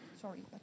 Sorry